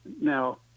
now